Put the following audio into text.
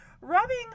rubbing